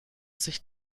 sich